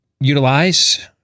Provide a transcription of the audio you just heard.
utilize